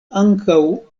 ankaŭ